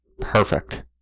Perfect